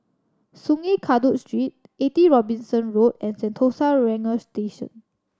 Sungei Kadut Street Eighty Robinson Road and Sentosa Ranger Station